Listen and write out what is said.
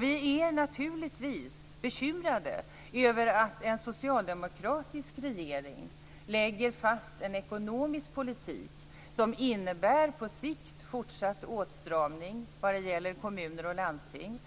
Vi är naturligtvis bekymrade över att en socialdemokratisk regering lägger fast en ekonomisk politik som innebär en på sikt fortsatt åtstramning vad gäller kommuner och landsting,